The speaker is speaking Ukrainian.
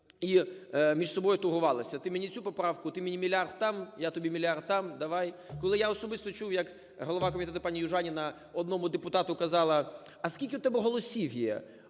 і між собою торгувалися: ти мені цю поправку, ти мені мільярд там, я тобі мільярд там, давай. Коли я особисто чув, як голова Комітету пані Южаніна одному депутату казала: "А скільки в тебе голосів є?